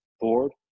board